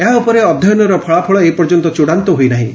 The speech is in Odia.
ଏହା ଉପରେ ଅଧ୍ୟୟନର ଫଳାଫଳ ଏ ପର୍ଯ୍ୟନ୍ତ ଚୂଡ଼ାନ୍ତ ହୋଇନାହିଁ